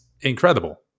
incredible